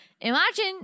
Imagine